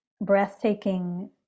breathtaking